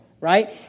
right